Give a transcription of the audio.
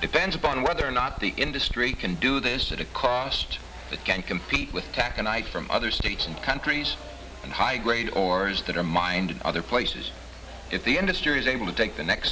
depends upon whether or not the industry can do this at a cost that can compete with taconite from other states and countries and high grade ores that are mind in other places if the industry is able to take the next